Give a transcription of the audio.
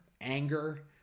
anger